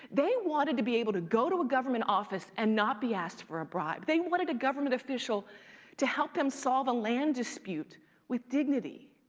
they wanted to be able to go to a government office and not be asked for a bribe. they wanted a government official to help them solve a land dispute with dignity.